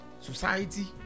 society